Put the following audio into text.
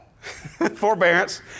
forbearance